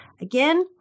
again